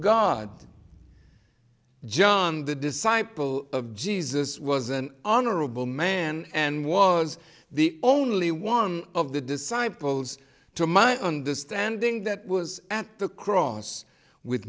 god john the disciple of jesus was an honorable man and was the only one of the disciples to my understanding that was at the cross with